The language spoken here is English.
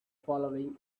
following